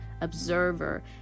observer